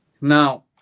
now